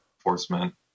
enforcement